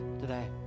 today